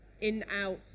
in-out